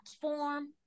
form